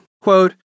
quote